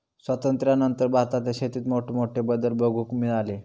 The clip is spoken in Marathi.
स्वातंत्र्यानंतर भारतातल्या शेतीत मोठमोठे बदल बघूक मिळाले